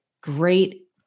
great